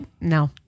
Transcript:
no